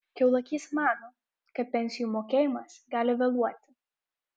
kiaulakys mano kad pensijų mokėjimas gali vėluoti